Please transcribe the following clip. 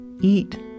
eat